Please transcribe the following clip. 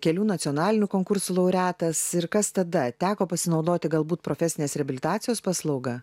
kelių nacionalinių konkursų laureatas ir kas tada teko pasinaudoti galbūt profesinės reabilitacijos paslauga